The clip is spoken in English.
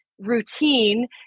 routine